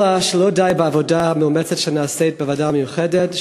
אלא שלא די בעבודה המאומצת שנעשית בוועדה המיוחדת,